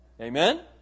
Amen